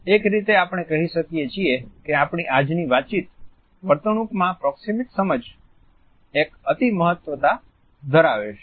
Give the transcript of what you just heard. તેથી એક રીતે આપણે કહી શકીએ છીએ કે આપણી આજની વાતચીત વર્તુણૂકમાં પ્રોક્સિમીકસ સમજ એક અતિ મહત્વતા ધરાવે છે